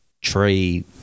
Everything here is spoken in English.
trade